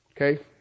Okay